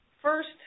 First